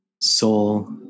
soul